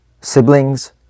siblings